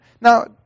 Now